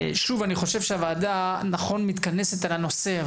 הוועדה אמנם מתכנסת בעקבות האירוע,